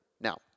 Now